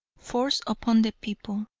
force upon the people.